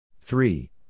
three